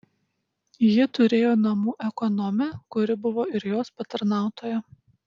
ji turėjo namų ekonomę kuri buvo ir jos patarnautoja